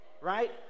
right